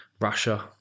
Russia